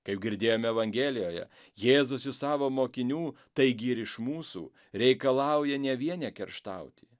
kaip girdėjome evangelijoje jėzus iš savo mokinių taigi ir iš mūsų reikalauja ne vien nekerštauti